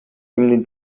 кимдин